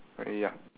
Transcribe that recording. ya